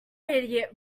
idiot